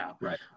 Right